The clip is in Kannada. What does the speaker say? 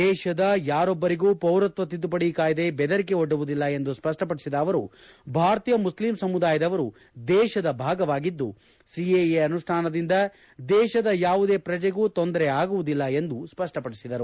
ದೇಶದ ಯಾರೊಭ್ಲರಿಗೂ ಪೌರತ್ನ ತಿದ್ಲುಪಡಿ ಕಾಯಿದೆ ಬೆದರಿಕೆ ಒಡ್ಲುವುದಿಲ್ಲ ಎಂದು ಸ್ಪಷ್ಪಪಡಿಸಿದ ಅವರು ಭಾರತೀಯ ಮುಸ್ಲಿಂ ಸಮುದಾಯದವರು ದೇಶದ ಭಾಗವಾಗಿದ್ದು ಸಿಎಎ ಅನುಷ್ಠಾನದಿಂದ ದೇಶದ ಯಾವುದೇ ಪ್ರಜೆಗೂ ತೊಂದರೆ ಆಗುವುದಿಲ್ಲ ಎಂದು ಸ್ವಷ್ಟಪಡಿಸಿದರು